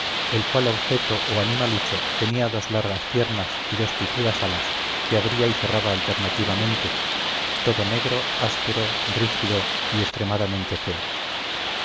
el cual objeto o animalucho tenía dos largas piernas y dos picudas alas que abría y cerraba alternativamente todo negro áspero rígido y extremadamente feo